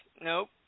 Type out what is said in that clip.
Nope